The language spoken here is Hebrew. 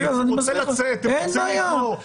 הוא רוצה לצאת, הם רוצים לגמור.